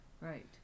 Right